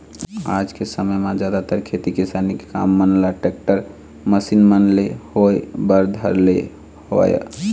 आज के समे म जादातर खेती किसानी के काम मन ल टेक्टर, मसीन मन ले होय बर धर ले हवय